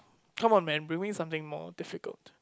come one man bring me something more difficult